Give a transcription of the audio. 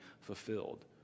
fulfilled